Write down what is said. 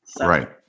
Right